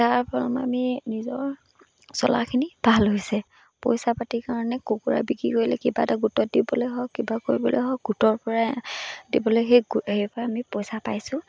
তাৰপৰা আমি নিজৰ চলাখিনি ভাল হৈছে পইচা পাতিৰ কাৰণে কুকুৰা বিক্ৰী কৰিলে কিবা এটা গোটত দিবলৈ হওক কিবা কৰিবলৈ হওক গোটৰ পৰাই দিবলৈ সেই সেই পৰা আমি পইচা পাইছোঁ